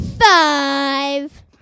five